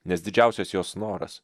nes didžiausias jos noras